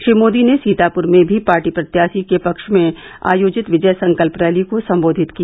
श्री मोदी ने सीतापुर में भी पार्टी प्रत्याशी के पक्ष में आयोजित विजय संकल्प रैली को संबोधित किया